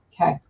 Okay